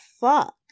fuck